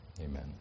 amen